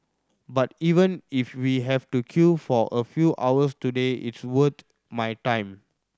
but even if we have to queue for a few hours today it's worth my time